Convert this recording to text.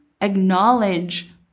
acknowledge